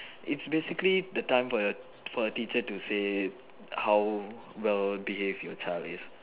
it's basically the time for your for your teacher to say how well behaved your child is